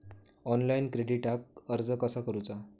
Online क्रेडिटाक अर्ज कसा करुचा?